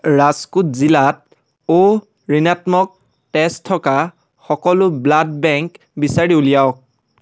ৰাজকোট জিলা অ' ঋণাত্মক তেজ থকা সকলো ব্লাড বেংক বিচাৰি উলিয়াওক